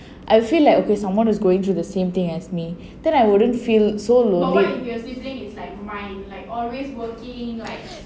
I feel like okay someone is going through the same thing as me then I wouldn't feel so lonely